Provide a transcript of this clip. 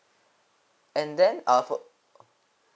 and then uh for